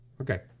Okay